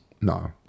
No